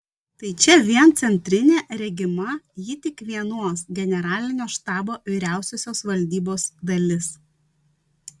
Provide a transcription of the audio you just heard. tai čia vien centrinė regima ji tik vienos generalinio štabo vyriausiosios valdybos dalis